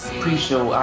pre-show